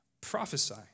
prophesy